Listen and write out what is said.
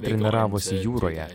treniravosi jūroje